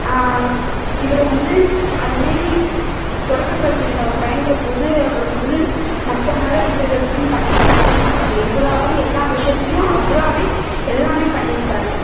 இவரை வந்து அதேமாரி தொடக்கக்கல்விகளில் அவர் பயின்றபோது அவருக்கு வந்து மற்றவங்களால எந்த ஹெல்ப்பும் பண்ண மு மாட்டுறாங்க இவராகதான் எல்லா விஷயத்தையும் அவராவே எல்லாமே பண்ணிருக்கார்